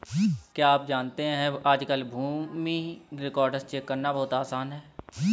क्या आप जानते है आज कल भूमि रिकार्ड्स चेक करना बहुत आसान है?